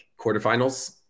quarterfinals